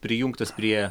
prijungtas prie